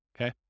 okay